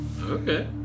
Okay